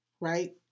right